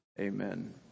Amen